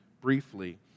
briefly